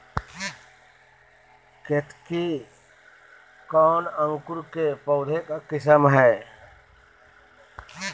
केतकी कौन अंकुर के पौधे का किस्म है?